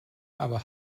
aber